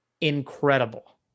incredible